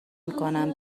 میکنم